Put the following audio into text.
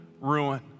ruin